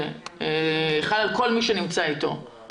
זה חל על כל מי שנמצא עם הילד.